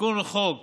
תיקון החוק